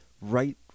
right